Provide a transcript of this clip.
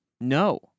No